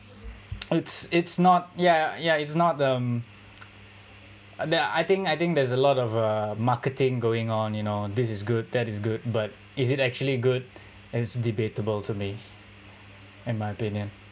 it's it's not ya ya it's not the um there uh I think I think there's a lot of uh marketing going on you know this is good that is good but is it actually good it's debatable to me in my opinion